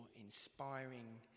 inspiring